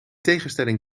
tegenstelling